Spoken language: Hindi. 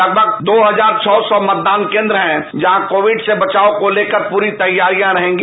लगभग छब्बीस सी मतदान केंद्र है जहां कोविड से यचाव को लेकर पूरी तैयारियां रहेंगी